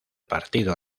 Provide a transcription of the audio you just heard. partido